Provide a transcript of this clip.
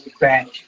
back